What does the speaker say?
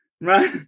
right